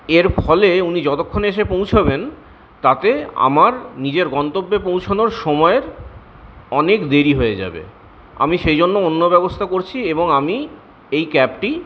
এর ফলে উনি যতক্ষণে এসে পৌঁছবেন তাতে আমার নিজের গন্তব্যে পৌঁছনোর সময়ের অনেক দেরি হয়ে যাবে আমি সেই জন্য অন্য ব্যবস্থা করছি এবং আমি এই ক্যাবটি